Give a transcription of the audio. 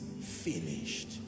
finished